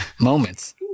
moments